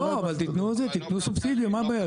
לא, אבל תיתנו סובסידיה, מה הבעיה?